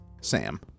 Sam